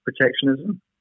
protectionism